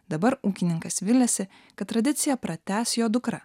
dabar ūkininkas viliasi kad tradiciją pratęs jo dukra